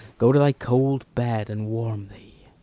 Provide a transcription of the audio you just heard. go to thy cold bed, and warm thee.